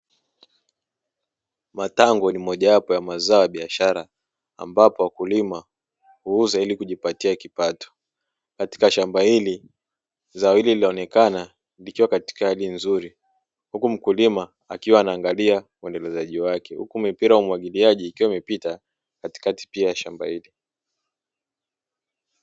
Matango ni mojawapo ya mazao ya biashara ambapo wakulima huuza ili kujipatia kipato. Katika shamba hili zao hili linaonekana likiwa katika hali nzuri huku mkulima akiwa anaangalia uendelezaji wake, huku mipira ya umwagiliaji ikiwa imepita katikati pia ya shamba hili.